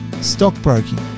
stockbroking